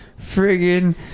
friggin